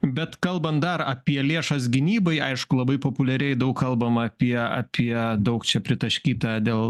bet kalbant dar apie lėšas gynybai aišku labai populiariai daug kalbama apie apie daug čia pritaškytą dėl